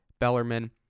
Bellerman